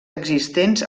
existents